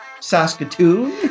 Saskatoon